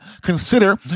consider